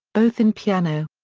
both in piano.